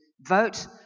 vote